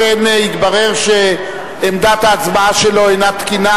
אכן התברר שעמדת ההצבעה שלו אינה תקינה